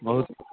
बहुत